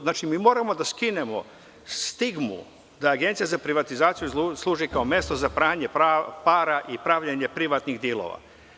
Znači, mi moramo da skinemo stigmu da Agencija za privatizaciju služi kao mesto za pranje para i pravljenje privatnih dilova.